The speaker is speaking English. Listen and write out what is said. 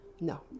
no